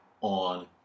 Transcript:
on